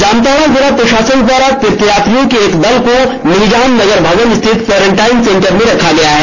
जामताड़ा जिला प्रषासन द्वारा तीर्थयात्रियों के एक दल को मिहिजाम नगर भवन स्थित कोरेंटाईन सेंटर में रखा गया है